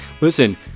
Listen